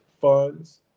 funds